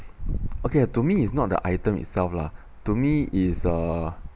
okay to me is not the item itself lah to me is uh